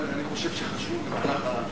אני חושב שחשוב שבמהלך הפגרה,